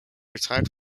retired